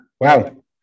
wow